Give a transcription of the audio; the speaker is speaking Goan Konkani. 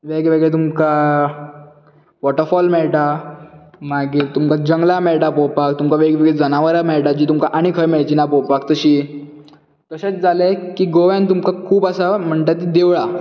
वेगवेगळे तुमकां वाॅटरफाॅल मेळटा मागीर तुमकां जंगलां मेळटा पळोवपाक वेगवेगळीं जनावरां मेळटा जी तुमकां आनीक खंय मेळची ना पळोवपाक अशीं तशेंच जालें की गोव्यान तुमकां खूब आसा म्हणटा तीं देवळां